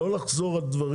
לא לחזור על דברים.